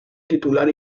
titular